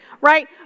right